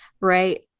right